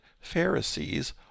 Pharisees